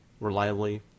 reliably